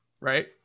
right